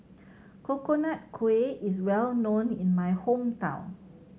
Coconut Kuih is well known in my hometown